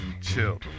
chill